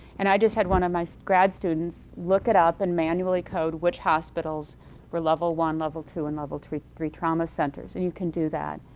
and i just had one of my grad students look it up and manually code which hospitals were level one, level two and level three three trauma centers, and you can do that.